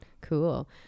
cool